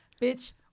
Bitch